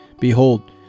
Behold